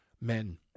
men